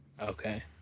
Okay